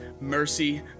mercy